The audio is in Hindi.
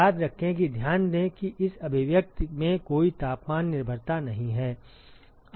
याद रखें कि ध्यान दें कि इस अभिव्यक्ति में कोई तापमान निर्भरता नहीं है